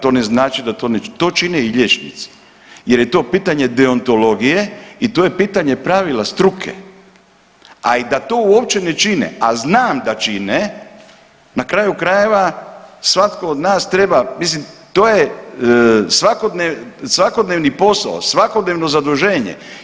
To znači da, to čine i liječnici jer je to pitanje deontologije i to je pitanje pravila struke, a i da to uopće ne čine, a znam da čine na kraju krajeva svatko od nas treba, mislim to je svakodnevni posao, svakodnevno zaduženje.